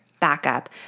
Backup